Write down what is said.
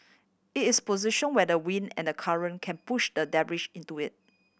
it is position where the wind and the current can push the debris into it